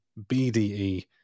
BDE